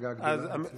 מפלגה גדולה להוציא?